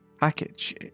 package